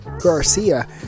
Garcia